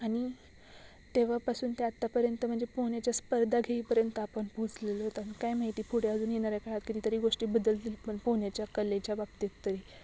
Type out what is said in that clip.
आनि तेव्हापासून ते आत्तापर्यंत म्हणजे पोहण्याच्या स्पर्धा घेईपर्यंत आपन पोचलेलो होतं काय माहिती पुढे अजून येणाऱ्या काळात कितीतरी गोष्टी बदलतील पण पोहण्याच्या कलेच्या बाबतीत तरी